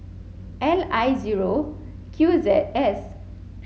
L I zero Q Z S